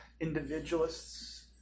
individualists